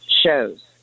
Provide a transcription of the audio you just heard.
shows